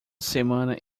semana